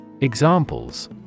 Examples